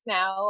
now